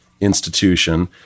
institution